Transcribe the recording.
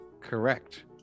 correct